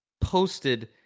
Posted